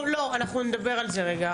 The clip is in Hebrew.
אנחנו נדבר על זה רגע.